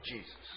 Jesus